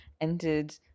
entered